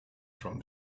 from